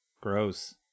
Gross